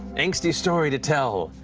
angsty story to tell.